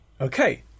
Okay